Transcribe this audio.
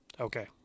okay